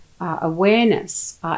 Awareness